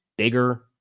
Bigger